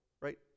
right